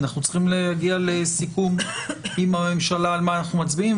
אנחנו צריכים להגיע לסיכום עם הממשלה על מה אנחנו מצביעים,